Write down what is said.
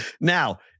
Now